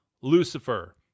Lucifer